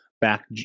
back